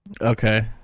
Okay